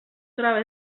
troba